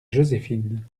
joséphine